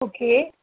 okay